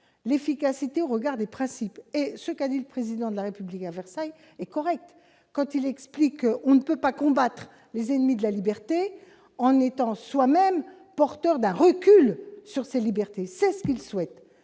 l'efficacité au regard des principes et ce qu'a dit le président de la République à Versailles et correct quand il explique, on ne peut pas combattre les ennemis de la liberté, en étant soi-même, porteur d'un recul sur ses libertés, c'est ce qu'il souhaite,